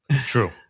True